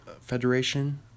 Federation